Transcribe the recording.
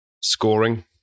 scoring